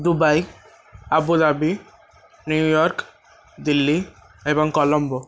Dubai Abu Dhabi New York Delhi ଏବଂ କଲମ୍ବୋ